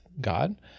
God